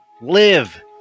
Live